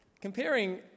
comparing